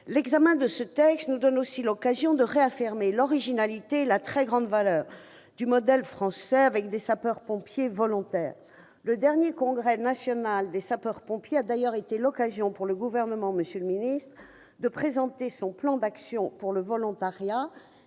L'examen de ce texte nous donne aussi l'occasion de réaffirmer l'originalité et la très grande valeur du modèle français qui repose sur des sapeurs-pompiers volontaires. Le dernier congrès national des sapeurs-pompiers a d'ailleurs fourni au Gouvernement l'occasion de présenter son plan d'action pour le volontariat,